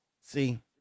See